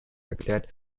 erklärt